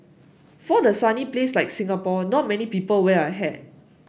for a sunny place like Singapore not many people wear a hat